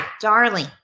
darling